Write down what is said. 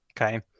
okay